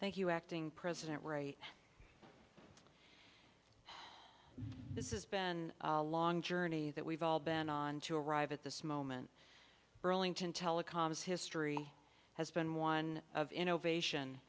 thank you acting president right this is been a long journey that we've all been on to arrive at this moment burlington telecoms history has been one of innovation